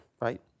right